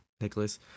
Nicholas